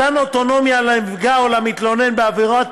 מתן אוטונומיה לנפגע או למתלונן בעבירת